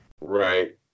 Right